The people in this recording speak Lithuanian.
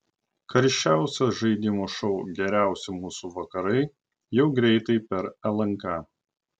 karščiausias žaidimų šou geriausi mūsų vakarai jau greitai per lnk